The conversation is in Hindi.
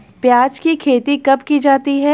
प्याज़ की खेती कब की जाती है?